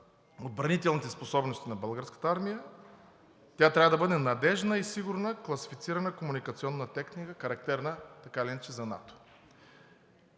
отбранителните способности на Българската армия, тя трябва да бъде надеждна и сигурна класифицирана комуникационна техника, характерна така или иначе за НАТО.